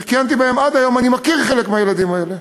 שכיהנתי בהם עד היום, אני מכיר חלק מהילדים האלה.